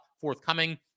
forthcoming